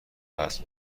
است